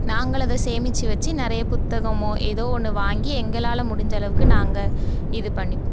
நாங்களும் அதை சேமிச்சு வச்சு நிறைய புத்தகமோ எதோ ஒன்று வாங்கி எங்களால் முடிஞ்சளவுக்கு நாங்கள் இது பண்ணிப்போம்